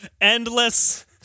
Endless